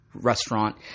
restaurant